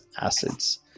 acids